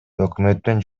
өкмөттүн